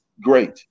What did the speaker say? great